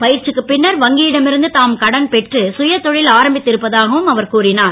ப ற்சிக்குப் பின்னர் வங்கி டம் இருந்து தாம் கடன் பெற்று குயதொ ல் ஆரம்பித்து இருப்பதாகவும் அவர் கூறினார்